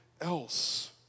else